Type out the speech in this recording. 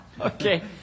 Okay